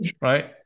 right